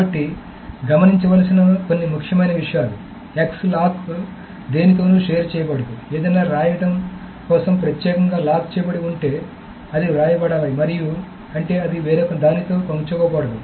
కాబట్టి గమనించాల్సిన కొన్ని ముఖ్యమైన విషయాలు X లాక్ దేనితోనూ షేర్ చేయబడదు ఏదైనా రాయడం కోసం ప్రత్యేకంగా లాక్ చేయబడి ఉంటే అంటే అది వ్రాయబడాలి మరియు అంటే అది వేరొక దానితో పంచుకోబడదు